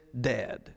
dead